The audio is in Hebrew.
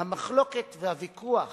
המחלוקת והוויכוח